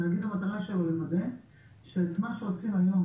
התאגיד המטרה שלו היא לוודא שאת מה שעושים היום,